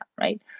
right